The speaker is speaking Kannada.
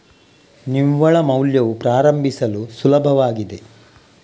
ನಿವ್ವಳ ಮೌಲ್ಯವು ಪ್ರಾರಂಭಿಸಲು ಸುಲಭವಾಗಿದೆ